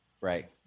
right